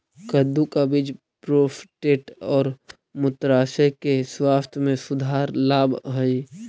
कद्दू का बीज प्रोस्टेट और मूत्राशय के स्वास्थ्य में सुधार लाव हई